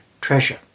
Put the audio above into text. treasure